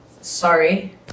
Sorry